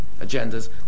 agendas